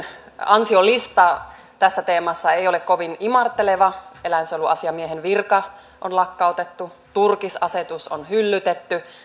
ansiolista tässä teemassa ei ole kovin imarteleva eläinsuojeluasiamiehen virka on lakkautettu turkisasetus on hyllytetty